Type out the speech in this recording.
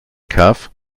kaff